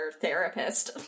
therapist